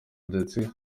ndetse